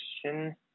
question